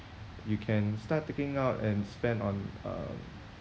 you can start taking out and spend on um